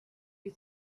you